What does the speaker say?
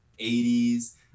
80s